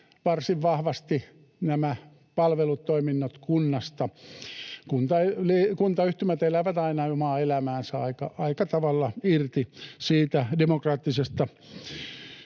varsin vahvasti nämä palvelutoiminnot kunnasta. Kuntayhtymät elävät aina omaa elämäänsä, aika tavalla irti siitä demokraattisesta